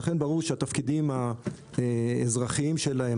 לכן ברור שהתפקידים האזרחיים שלהם,